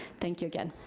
thank you again.